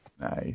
Nice